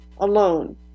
alone